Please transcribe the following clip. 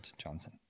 Johnson